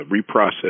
reprocess